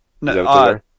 No